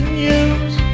news